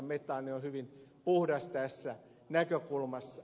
metaani on hyvin puhdas tässä näkökulmassa